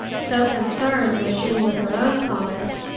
so concerned was she with her own comments,